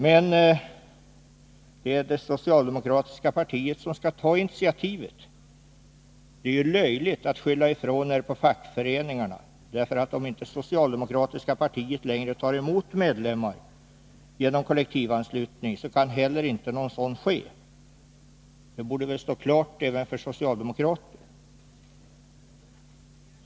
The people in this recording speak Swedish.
Men det är det socialdemokratiska partiet som skall ta initiativet. Det är löjligt att ni skyller ifrån er på fackföreningarna — om inte det socialdemokratiska partiet längre tar emot medlemmar genom kollektivanslutning kan ju inte heller någon sådan ske. Det borde väl stå klart även för socialdemokrater.